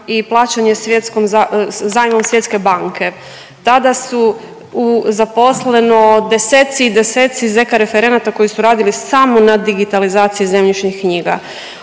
svjetskom, zajmom Svjetske banke. Tada su, u, zaposleno deseci i deseci z.k. referenata koji su radili samo na digitalizaciji zemljišnih knjiga.